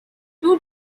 two